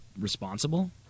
responsible